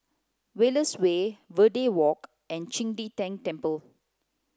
Wallace Way Verde Walk and Qing De Tang Temple